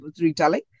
retelling